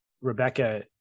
Rebecca